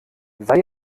sei